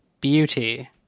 Beauty